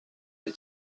des